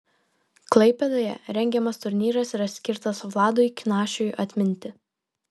klaipėdoje rengiamas turnyras yra skirtas vladui knašiui atminti